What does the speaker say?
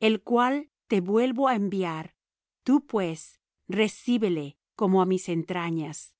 el cual te vuelvo á enviar tu pues recíbele como á mis entrañas